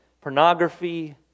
pornography